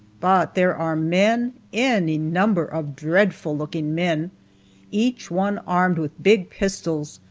but there are men any number of dreadful-looking men each one armed with big pistols,